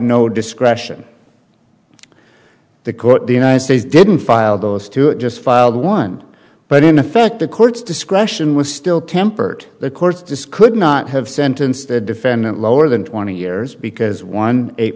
no discretion the court the united states didn't file those two it just filed one but in effect the court's discretion was still tempered the courts to squid not have sentenced the defendant lower than twenty years because one eight